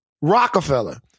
Rockefeller